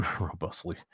robustly